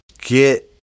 get